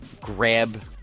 grab